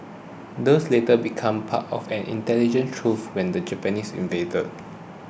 these later become part of an intelligence trove when the Japanese invaded